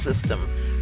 system